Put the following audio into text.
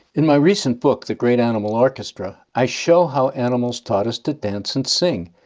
in my recent book, the great animal orchestra, i show how animals taught us to dance and sing,